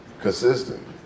Consistent